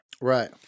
Right